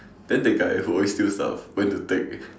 then the guy who always steals stuff went to take